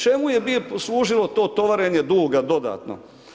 Čemu je služilo to tovarenje duga dodatno?